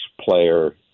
player